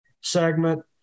segment